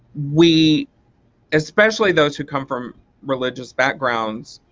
we especially those who come from religious backgrounds